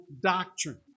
doctrine